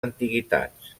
antiguitats